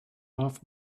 off